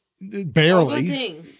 barely